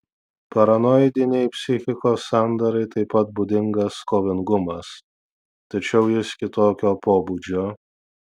paranoidinei psichikos sandarai taip pat būdingas kovingumas tačiau jis kitokio pobūdžio